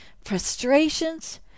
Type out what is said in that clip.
frustrations